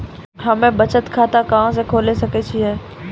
हम्मे बचत खाता कहां खोले सकै छियै?